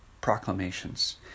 proclamations